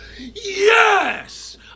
Yes